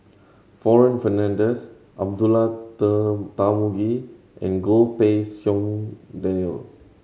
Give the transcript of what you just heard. Warren Fernandez Abdullah Tarmugi and Goh Pei Siong Daniel